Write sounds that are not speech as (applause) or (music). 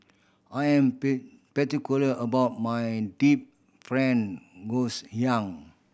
I'm pay particular about my deep fried ngoh (unintelligible) hiang